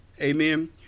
Amen